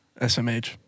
SMH